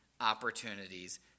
opportunities